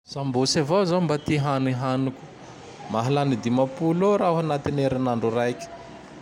Sambôsy avao zao mba ty hanehaneko. Mahalany dimapolo eo raho anatin'ny herin'andro raiky.